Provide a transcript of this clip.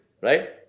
right